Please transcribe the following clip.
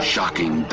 Shocking